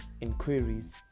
inquiries